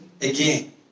again